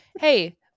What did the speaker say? Hey